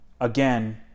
again